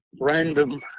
random